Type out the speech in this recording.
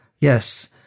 Yes